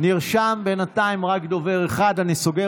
פשרה עם